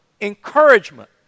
encouragement